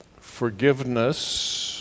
Forgiveness